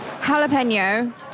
jalapeno